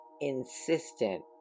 insistent